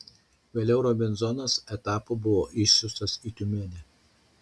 vėliau robinzonas etapu buvo išsiųstas į tiumenę